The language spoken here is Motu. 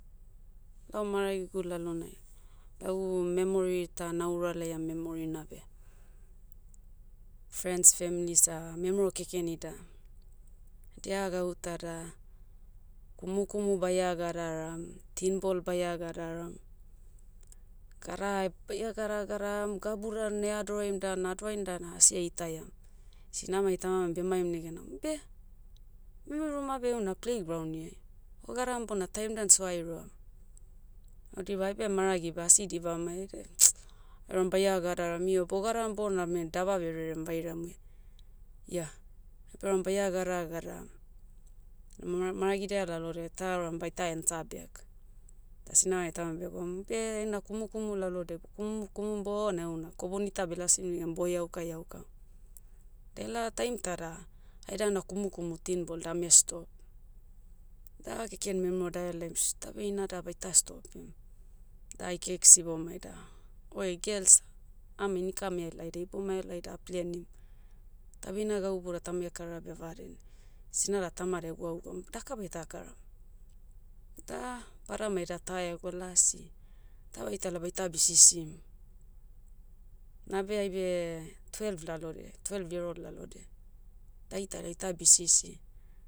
Lau maragigu lalonai, lagu memori ta naura laiam memori nabe, friends femlis memero keken ida, dia gauta da, kumu kumu baia gadaram, tin ball baia gadaram. Gadara, baia gadara gadaram gabu dan adoraim dan adorain dan asi aitaiam. Sinamai tamamai bemaim negena umbe, muimui ruma beh ouna pleigrauniai. Ogadaram bona time dan soa eroam. O dira aibe maragi beh asi dibamai de auram baia gadaram io bogadaram bona men- daba beh rerem vairamuia. Ia, aibe auram baia gadara gadara. maragidia lalodia ta euram baita ensa bek. Da sinamai tamam begom umbeh, eina kumukumu lalodie bokumukumu bona euna koboni ta belasim negen bo heauka heaukam. Dela taim ta da, aida una kumukumu tina ball dame stop. Da keken memero dahelaim sh, tabe heina da baita stopim. Da ai keks sibomai da, oe gels, ame inika ame helai da ibouma helai da aplenim, tabe ina gau bouda tame kara beh vaden, sinada tamada egwaugwaum daka baita karam. Da, vada meda taego lasi, ta baitala baita bisisim. Nabe aibe, twelve lalodiai, twelve year old lalodiai. Daitala aita bisisi.